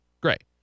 Great